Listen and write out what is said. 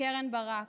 לקרן ברק,